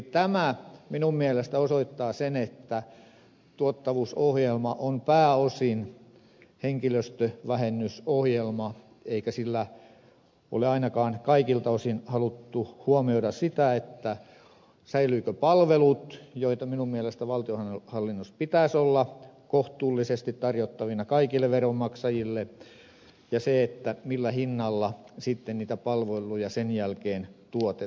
tämä minun mielestäni osoittaa sen että tuottavuusohjelma on pääosin henkilöstövähennysohjelma eikä sillä ole ainakaan kaikilta osin haluttu huomioida sitä säilyvätkö palvelut joita minun mielestäni valtionhallinnossa pitäisi olla kohtuullisesti tarjottavana kaikille veronmaksajille ja millä hinnalla sitten niitä palveluja sen jälkeen tuotetaan